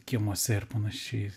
kiemuose ir panašiai